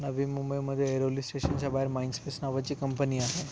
नवी मुंबईमध्ये ऐरोली स्टेशनच्या बाहेर माइनस्पेस नावाची कंपनी आहे